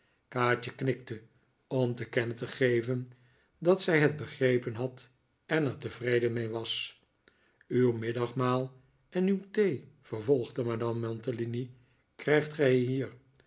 kaatje knikte om te kennen te geven dat zij het begrepen had en er tevreden mee was uw middagmaal en uw thee vervolgde madame mantalini krijgt gij hier